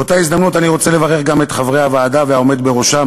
באותה הזדמנות אני רוצה לברך גם את חברי הוועדה ואת העומד בראשה,